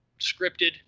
scripted